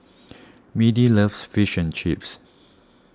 Mindi loves Fish and Chips